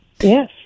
Yes